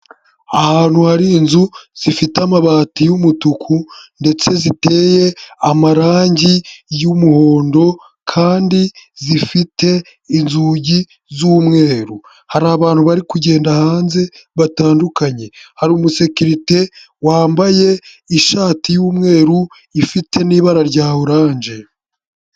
Ahantu hari inzu zifite amabati y'umutuku ndetse ziteye amarangi y'umuhondo kandi zifite inzugi z'umweru, hari abantu bari kugenda hanze batandukanye, hari umusekirite wambaye ishati y'umweru, ifite n'ibara rya oranje.